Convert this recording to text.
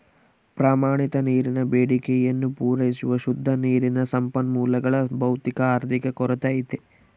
ಪ್ರಮಾಣಿತ ನೀರಿನ ಬೇಡಿಕೆಯನ್ನು ಪೂರೈಸುವ ಶುದ್ಧ ನೀರಿನ ಸಂಪನ್ಮೂಲಗಳ ಭೌತಿಕ ಆರ್ಥಿಕ ಕೊರತೆ ಐತೆ